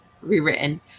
rewritten